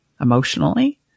emotionally